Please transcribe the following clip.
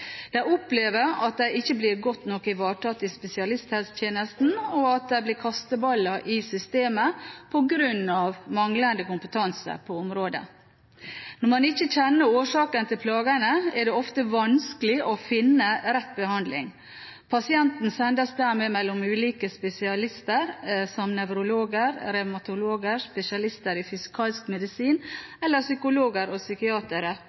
De opplever at de ikke blir godt nok ivaretatt i spesialisthelsetjenesten, og at de blir kasteballer i systemet på grunn av manglende kompetanse på området. Når man ikke kjenner årsaken til plagene, er det ofte vanskelig å finne rett behandling. Pasienten sendes dermed mellom ulike spesialister, som nevrologer, revmatologer, spesialister i fysikalsk medisin eller psykologer og psykiatere,